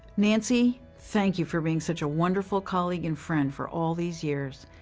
nancy, thank you for being such a wonderful colleague and friend for all these years.